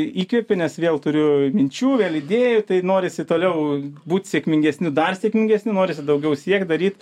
įkvepė nes vėl turiu minčių vėl idėjų tai norisi toliau būt sėkmingesniu dar sėkmingesniu norisi daugiau siekt daryt